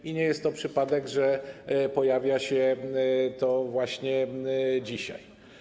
I nie jest to przypadek, że pojawia się właśnie dzisiaj.